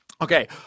Okay